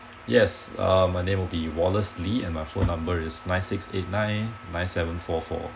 yes uh my name will be wallace lee and my phone number is nine six eight nine nine seven four four